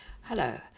Hello